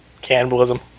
cannibalism